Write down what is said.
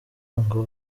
ngo